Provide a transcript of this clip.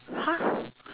!huh!